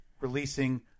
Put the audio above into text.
releasing